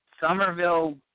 Somerville